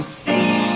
see